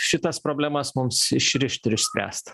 šitas problemas mums išrišt ir išspręst